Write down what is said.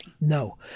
No